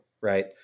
right